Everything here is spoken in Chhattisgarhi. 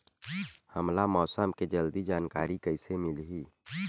हमला मौसम के जल्दी जानकारी कइसे मिलही?